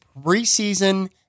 preseason